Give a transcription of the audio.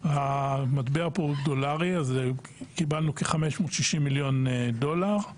המטבע פה הוא דולרי, קיבלנו כ-560 מיליון דולר,